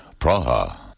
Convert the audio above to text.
Praha